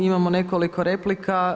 Imamo nekoliko replika.